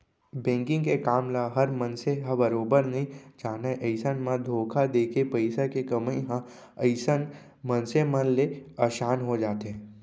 banking के काम ल हर मनसे ह बरोबर नइ जानय अइसन म धोखा देके पइसा के कमई ह अइसन मनसे मन ले असान हो जाथे